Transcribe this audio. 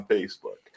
Facebook